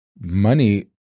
money